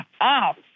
off